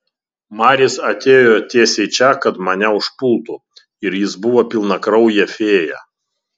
maris atėjo tiesiai čia kad mane užpultų ir jis buvo pilnakraujė fėja